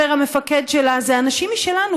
ששם אומר המפקד שלה: זה אנשים משלנו,